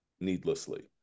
needlessly